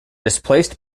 displaced